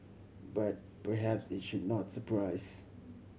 but perhaps it should not surprise